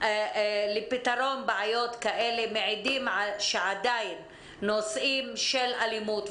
לפתרון בעיות כאלה מעידים על כך שעדיין שנושאים של אלימות,